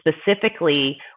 specifically